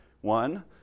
one